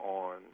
on